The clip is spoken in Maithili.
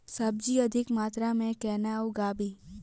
सब्जी अधिक मात्रा मे केना उगाबी?